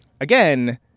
again